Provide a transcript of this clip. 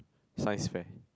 science fair